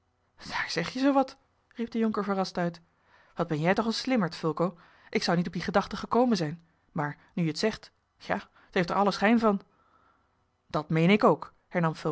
daar zeg je zoo wat riep de jonker verrast uit wat ben jij toch een slimmerd fulco ik zou niet op die gedachte gekomen zijn maar nu je het zegt ja t heeft er allen schijn van dat meen ik ook